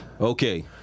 Okay